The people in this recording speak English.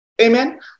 Amen